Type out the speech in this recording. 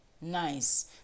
nice